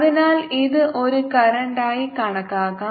അതിനാൽ ഇത് ഒരു കറന്റായി കണക്കാക്കാം